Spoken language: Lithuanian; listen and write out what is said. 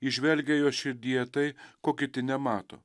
įžvelgia jos širdyje tai ko kiti nemato